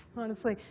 honestly,